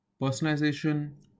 personalization